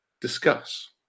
Discuss